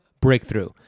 Breakthrough